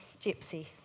Gypsy